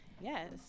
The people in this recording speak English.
Yes